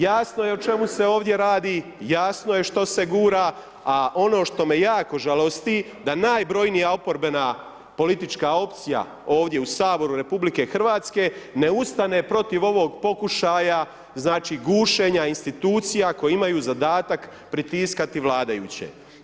Jasno je o čemu se ovdje radi, jasno je što se gura, ali ono što me jako žalosti, da najbrijana oporbena politička opcija ovdje u Saboru RH, ne ustane protiv ovog pokušaja gušenja institucija, koje imaju zadatak pritiskati vladajuće.